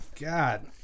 God